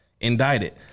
indicted